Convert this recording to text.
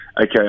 okay